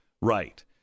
Right